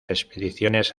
expediciones